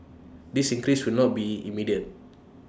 this increase will not be immediate